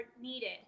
needed